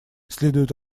следует